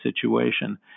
situation